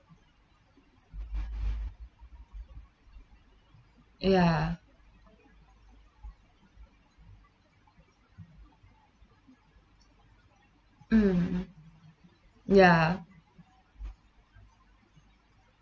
ya mm ya